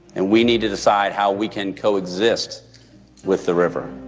and we need to decide how we can coexist with the river